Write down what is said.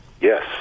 Yes